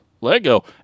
Lego